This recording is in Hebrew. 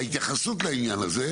ההתייחסות לעניין הזה.